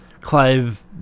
Clive